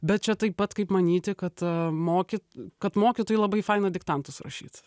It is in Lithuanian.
bet čia taip pat kaip manyti kad mokyt kad mokytojui labai faina diktantus rašyt